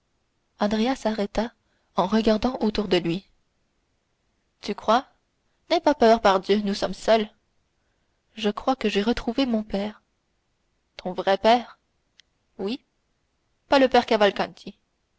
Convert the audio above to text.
s'arrêta en regardant autour de lui tu crois n'aie pas peur pardieu nous sommes seuls je crois que j'ai retrouvé mon père ton vrai père oui pas le père cavalcanti